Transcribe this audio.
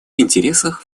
интересах